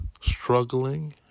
struggling